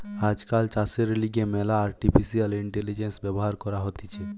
আজকাল চাষের লিগে ম্যালা আর্টিফিশিয়াল ইন্টেলিজেন্স ব্যবহার করা হতিছে